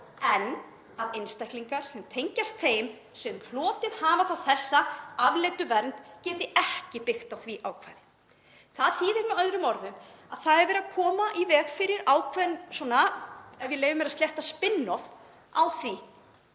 en að einstaklingar sem tengjast þeim sem hlotið hafa þá þessa afleiddu vernd geti ekki byggt á því ákvæði. Það þýðir með öðrum orðum að verið er að koma í veg fyrir, ef ég leyfi mér að sletta, „spin-off“ á því,